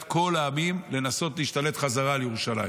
כל העמים לנסות להשתלט בחזרה על ירושלים.